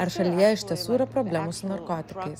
ar šalyje iš tiesų yra problemų su narkotikais